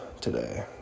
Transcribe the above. today